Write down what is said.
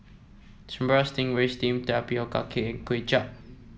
Sambal Stingray steamed Tapioca Cake and Kuay Chap